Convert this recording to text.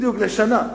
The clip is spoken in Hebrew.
בדיוק, לשנה.